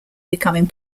becoming